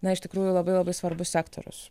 na iš tikrųjų labai labai svarbus sektorius